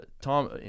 tom